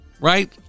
right